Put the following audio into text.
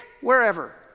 wherever